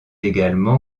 également